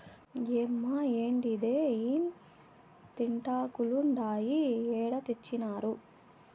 ఏమ్మే, ఏందిదే ఇంతింతాకులుండాయి ఏడ తెచ్చినారు